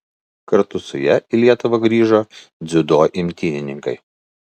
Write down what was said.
kartu su ja į lietuvą grįžo dziudo imtynininkai